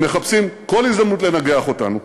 הם מחפשים כל הזדמנות לנגח אותנו.